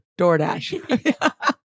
DoorDash